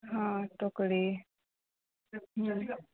हँ टोकरी